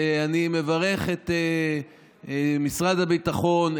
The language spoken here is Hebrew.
ואני מברך את משרד הביטחון,